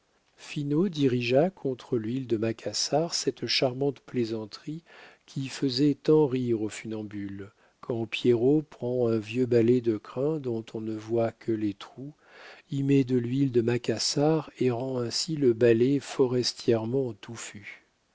finot dirigea contre l'huile de macassar cette charmante plaisanterie qui faisait tant rire aux funambules quand pierrot prend un vieux balai de crin dont on ne voit que les trous y met de l'huile de macassar et rend ainsi le balai forestièrement touffu